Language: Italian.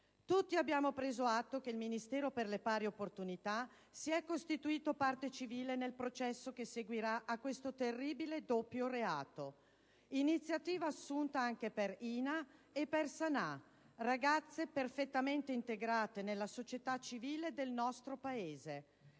Tutti abbiamo preso atto che il Ministero per le pari opportunità si è costituito parte civile nel processo che seguirà a questo terribile doppio reato, iniziativa assunta anche per Hina e per Sanah, ragazze perfettamente integrate nella società civile del nostro Paese,